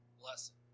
blessing